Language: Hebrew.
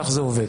כך זה עובד,